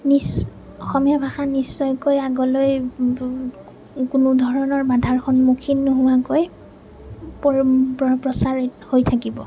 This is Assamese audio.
অসমীয়া ভাষা নিশ্চয়কৈ আগলৈ কোনো ধৰণৰ বাধাৰ সন্মুখীন নোহোৱাকৈ প্ৰচাৰিত হৈ থাকিব